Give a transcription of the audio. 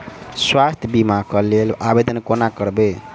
स्वास्थ्य बीमा कऽ लेल आवेदन कोना करबै?